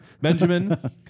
Benjamin